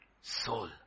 Soul